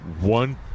one